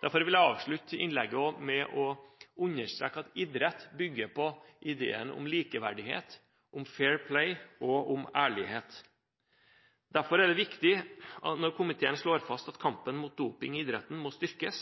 Derfor vil jeg avslutte innlegget med å understreke at idrett bygger på ideen om likeverdighet, fair play og ærlighet. Derfor er det viktig når komiteen slår fast at kampen mot doping i idretten må styrkes.